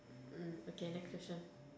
mm okay next question